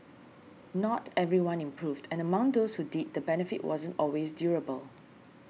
not everyone improved and among those who did the benefit wasn't always durable